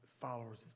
followers